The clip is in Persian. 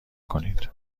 کنید